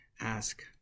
ask